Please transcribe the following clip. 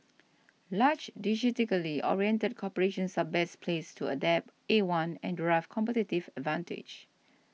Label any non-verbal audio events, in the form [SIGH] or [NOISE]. large [UNINTELLIGIBLE] oriented corporations are best placed to adopt A one and derive competitive advantage